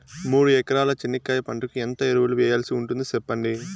మూడు ఎకరాల చెనక్కాయ పంటకు ఎంత ఎరువులు వేయాల్సి ఉంటుంది సెప్పండి?